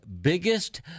biggest